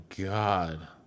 God